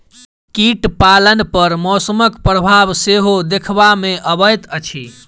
कीट पालन पर मौसमक प्रभाव सेहो देखबा मे अबैत अछि